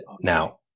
Now